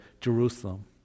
Jerusalem